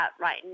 right